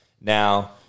Now